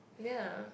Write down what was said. ya